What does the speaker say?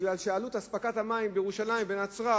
מכיוון שעלות אספקת המים בירושלים ובנצרת